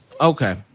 Okay